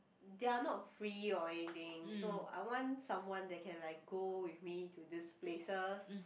they are not free or anything so I want someone that can like go with me to these places